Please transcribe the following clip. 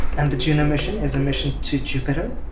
and the juno mission is a mission to jupiter.